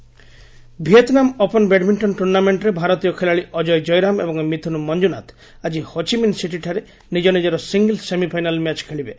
badminton Vietnam open badminton ଟୁର୍ଣ୍ଣାମେଣ୍ଟ୍ରେ ଭାରତୀୟ ଖେଳାଳି ଅଜୟ ଜୟରାମ ଏବଂ ମିଥୁନ ମଞ୍ଜୁନାଥ୍ ଆଜି ହୋଚିମିନ୍ ସିଟିଠାରେ ନିଜ ନିଜର ସିଙ୍ଗିଲ୍ସ ସେମିଫାଇନାଲ୍ ମ୍ୟାଚ୍ ଖେଳିବେ